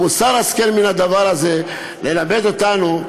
מוסר ההשכל מן הדבר הזה: ללמד אותנו,